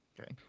Okay